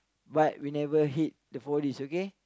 but we never hit the four D okay